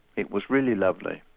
it was really lovely.